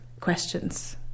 questions